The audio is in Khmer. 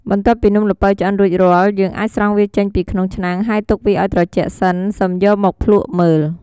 បន្ទាប់ពីនំល្ពៅឆ្អិនរួចរាល់ យើងអាចស្រង់វាចេញពីក្នុងឆ្នាំង ហើយទុកវាឲ្យត្រជាក់សិន សិមយកមកភ្លក្សមើល។